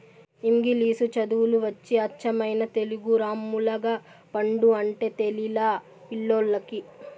ఇంగిలీసు చదువులు వచ్చి అచ్చమైన తెలుగు రామ్ములగపండు అంటే తెలిలా పిల్లోల్లకి